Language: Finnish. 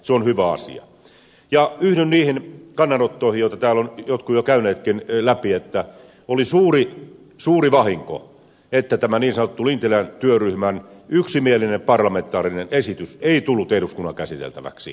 yhdyn niihin kannanottoihin joita täällä jotkut jo ovat käyneetkin läpi että oli suuri vahinko että tämä niin sanotun lintilän työryhmän yksimielinen parlamentaarinen esitys ei tullut eduskunnan käsiteltäväksi